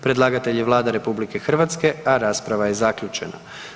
Predlagatelj je Vlada RH, a rasprava je zaključena.